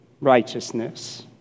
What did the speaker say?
righteousness